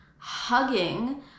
hugging